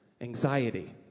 anxiety